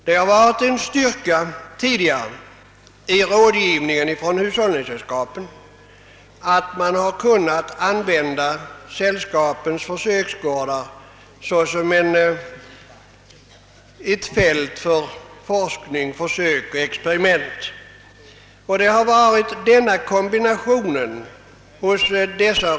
Det har tidigare varit en styrka i hushållningssällskapens rådgivningsverksamhet att de har kunnat använda sina försöksgårdar såsom ett fält för forskning, försök och experiment.